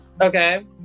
Okay